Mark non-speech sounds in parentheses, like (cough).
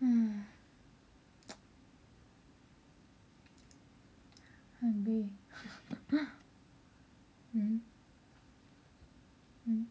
hmm (noise) hungry (laughs) mmhmm mm